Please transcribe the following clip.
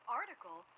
article